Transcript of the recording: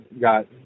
got